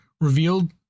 revealed